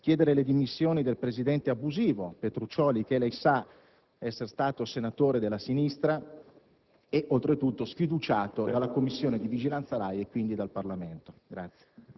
chiedere le dimissioni del presidente abusivo Petruccioli, che lei sa essere stato senatore della sinistra, oltretutto sfiduciato dalla Commissione di vigilanza RAI e quindi dal Parlamento? [RUSSO